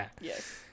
Yes